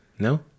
No